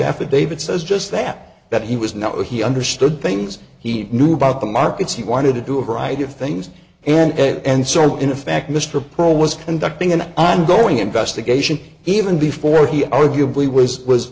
affidavit says just that that he was not he understood things he knew about the markets he wanted to do a variety of things and so in effect mr pearl was conducting an ongoing investigation even before he arguably was was